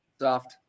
Soft